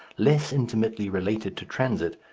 less intimately related to transit,